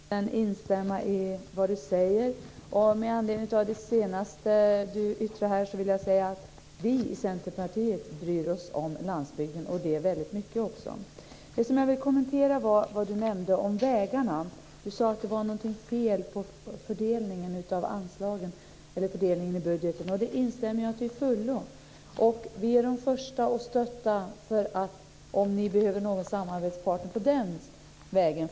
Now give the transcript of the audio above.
Fru talman! Tack, Rune Berglund. Jag kan till allra största delen instämma i det han säger. Med anledning av det senaste han yttrade här vill jag säga att vi i Centerpartiet bryr oss om landsbygden, och det väldigt mycket också. Jag vill kommentera det Rune Berglund nämnde om vägarna. Han sade att det var något fel i fördelningen i budgeten. Jag instämmer till fullo i det. Vi är de första att stötta om ni behöver någon samarbetspartner i den frågan.